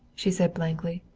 she said blankly.